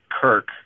Kirk